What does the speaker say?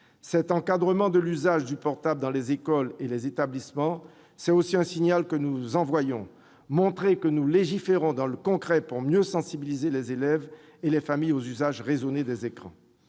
En encadrant l'usage du portable dans les écoles et les établissements, c'est aussi un signal que nous enverrons : cela montrera que nous légiférons dans le concret pour mieux sensibiliser les élèves et les familles aux usages raisonnés des écrans.